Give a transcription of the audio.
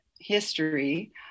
history